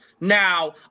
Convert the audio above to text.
Now